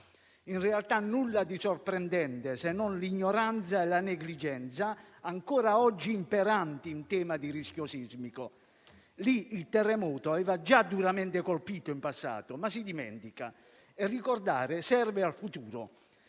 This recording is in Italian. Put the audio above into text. in realtà, nulla di sorprendente, se non l'ignoranza e la negligenza, ancora oggi imperanti in tema di rischio sismico. Lì il terremoto aveva già duramente colpito in passato, ma si dimentica; ricordare serve al futuro.